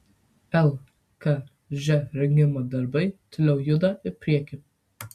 lkž rengimo darbai toliau juda į priekį